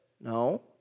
No